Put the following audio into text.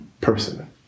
person